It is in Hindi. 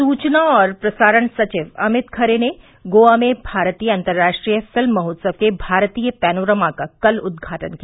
से से सुचना और प्रसारण सचिव अभित खरे ने गोवा में भारतीय अंतर्राष्ट्रीय फिल्म महोत्सव के भारतीय पैनोरमा का कल उद्घाटन किया